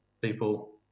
people